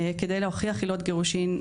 כדי להוכיח עילות גירושים,